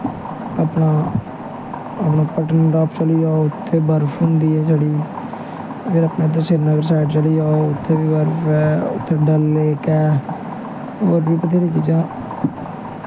अपना पत्नीटॉप चली जाओ उत्थै बर्फ होंदी ऐ छड़ी अगर अपने उद्धर श्रीनगर आह्ली साईड चली जाओ उत्थै बी बर्फ ऐ उत्थै डल लेक ऐ होर बी बत्हेरी चीजां न